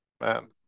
man